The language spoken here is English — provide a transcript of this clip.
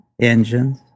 engines